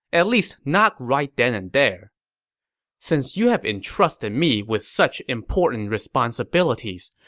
at least not right then and there since you have entrusted me with such important responsibilities,